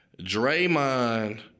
Draymond